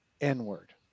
N-word